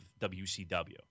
WCW